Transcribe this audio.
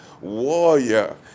warrior